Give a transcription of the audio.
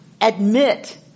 admit